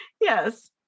Yes